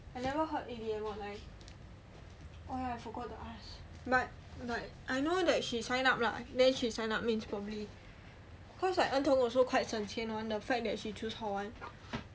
I never heard A_B_M online oh I forgot to ask but I know she sign up lah then she sign up probably cause like en tong also quite 省钱 one the fact that she choose hall one